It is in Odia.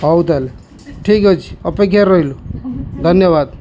ହଉ ତାହେଲେ ଠିକ୍ ଅଛି ଅପେକ୍ଷାରେ ରହିଲୁ ଧନ୍ୟବାଦ